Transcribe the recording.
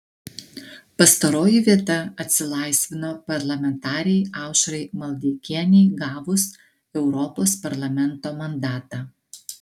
pastaroji vieta atsilaisvino parlamentarei aušrai maldeikienei gavus europos parlamento mandatą